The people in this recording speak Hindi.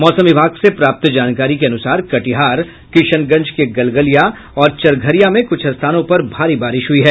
मौसम विभाग ने प्राप्त जानकारी के अनुसार कटिहार किशनगंज के गलगलिया और चरघरिया में कुछ स्थानों पर भारी बारिश हुई है